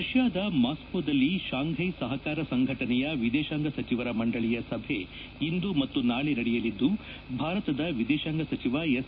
ರಷ್ಯಾದ ಮಾಸ್ಕೋದಲ್ಲಿ ಶಾಂಘೈ ಸಹಕಾರ ಸಂಘಟನೆಯ ವಿದೇಶಾಂಗ ಸಚಿವರ ಮಂಡಳಿಯ ಸಭೆ ಇಂದು ಮತ್ತು ನಾಳಿ ನಡೆಯಲಿದ್ದು ಭಾರತದ ವಿದೇಶಾಂಗ ಸಚಿವ ಎಸ್